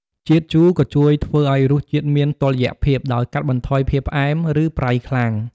ជាតិជូរក៏ជួយធ្វើឱ្យរសជាតិមានតុល្យភាព ដោយកាត់បន្ថយភាពផ្អែម ឬប្រៃខ្លាំង។